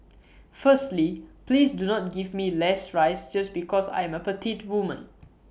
firstly please do not give me less rice just because I am A petite woman